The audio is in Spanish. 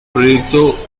proyecto